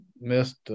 missed